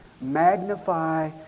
magnify